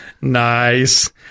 Nice